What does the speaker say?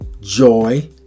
joy